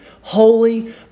holy